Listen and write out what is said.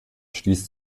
stieß